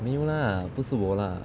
没有啦不是我啦